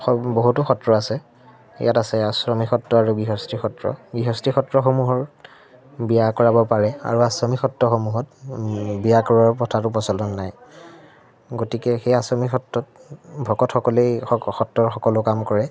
বহুতো সত্ৰ আছে ইয়াত আছে আশ্ৰমিক সত্ৰ আৰু গূহস্থী সত্ৰ গৃহস্থী সত্ৰসমূহৰ বিয়া কৰাব পাৰে আৰু আশ্ৰমিক সত্ৰসমূহত বিয়া কৰোৱাৰ প্ৰথাটো প্ৰচলন নাই গতিকে সেই আশ্ৰমিক সত্ৰত ভকতসকলেই সত্ৰৰ সকলো কাম কৰে